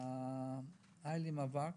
היה לי מאבק